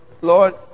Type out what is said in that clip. Lord